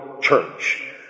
church